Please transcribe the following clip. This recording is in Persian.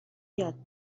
یاد